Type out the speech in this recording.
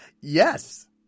Yes